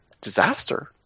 disaster